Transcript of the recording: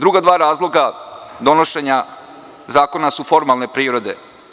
Druga dva razloga donošenja zakona su formalne prirode.